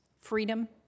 freedom